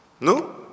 No